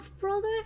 brother